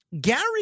Gary